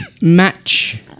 match